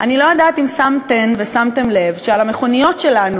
אני לא יודעת אם שמתן ושמתם לב שעל המכוניות שלנו